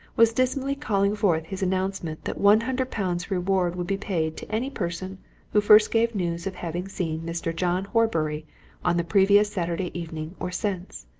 was dismally calling forth his announcement that one hundred pounds reward would be paid to any person who first gave news of having seen mr. john horbury on the previous saturday evening or since.